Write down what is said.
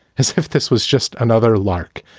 as if this was just another lark.